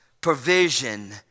provision